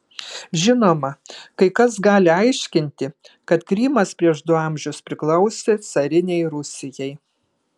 žinoma kai kas gali aiškinti kad krymas prieš du amžius priklausė carinei rusijai